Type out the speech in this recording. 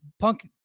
punk